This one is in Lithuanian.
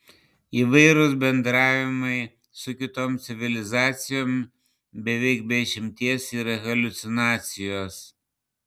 įvairūs bendravimai su kitom civilizacijom beveik be išimties yra haliucinacijos